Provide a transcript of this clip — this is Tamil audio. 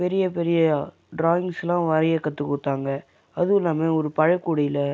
பெரிய பெரிய ட்ராயிங்ஸ்லாம் வரைய கற்றுக் கொடுத்தாங்க அதுவும் இல்லாமல் ஒரு பழக் கூடையில்